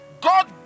God